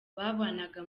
babanaga